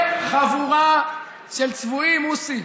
אתם חבורה של צבועים, מוסי.